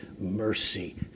mercy